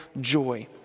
joy